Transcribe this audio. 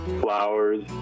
flowers